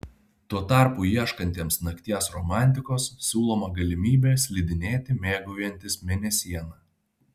tuo tarpu ieškantiems nakties romantikos siūloma galimybė slidinėti mėgaujantis mėnesiena